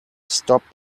stop